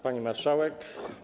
Pani Marszałek!